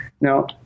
Now